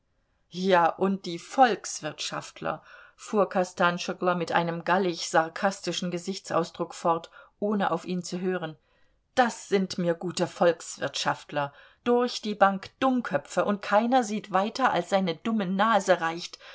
ja und die volkswirtschaftler fuhr kostanschoglo mit einem gallig sarkastischen gesichtsausdruck fort ohne auf ihn zu hören das sind mir gute volkswirtschaftler durch die bank dummköpfe und keiner sieht weiter als seine dumme nase reicht